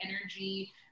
energy